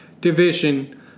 division